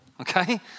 Okay